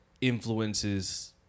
influences